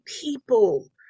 people